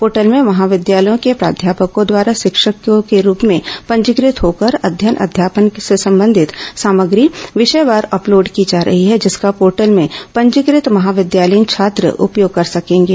portal में महाविद्यालयों के प्राध्यापकों द्वारा शिक्षकों के रूप में पंजीकृत होकर अध्ययन अध्यापन से संबंधित सामग्री विषयवार अपलोड की जा रही है जिसका पोर्टल में पंजीकृत महाविद्यालयीन छात्र उपयोग कर सकेंगे